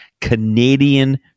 Canadian